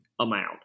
amount